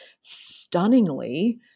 stunningly